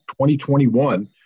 2021